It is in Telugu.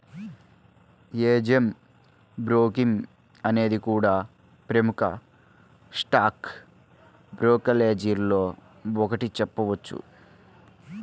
ఏంజెల్ బ్రోకింగ్ అనేది కూడా ప్రముఖ స్టాక్ బ్రోకరేజీల్లో ఒకటిగా చెప్పొచ్చు